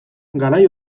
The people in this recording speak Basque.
garai